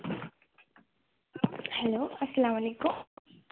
hello اَسَلام علیکُم